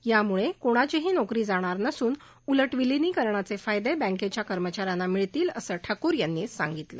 याम्ळे कोणाचीही नोकरी जाणार नसून उलट विलिनीकरणाचे फायदे बँकेच्या कर्मचाऱ्यांना मिळतील असं ठाकूर यांनी सांगितलं